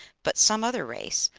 but some other race,